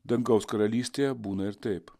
dangaus karalystėje būna ir taip